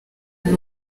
wese